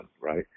right